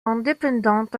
indépendants